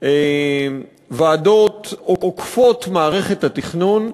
ועדות עוקפות מערכת התכנון,